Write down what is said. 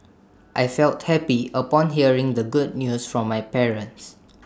I felt happy upon hearing the good news from my parents